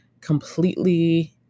completely